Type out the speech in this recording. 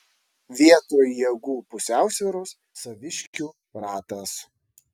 vietoj jėgų pusiausvyros saviškių ratas